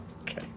Okay